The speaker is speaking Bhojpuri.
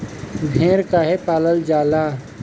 भेड़ काहे पालल जाला?